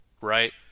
right